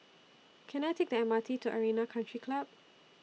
Can I Take The M R T to Arena Country Club